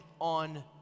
on